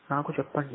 నాకు చెప్పండి